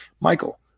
Michael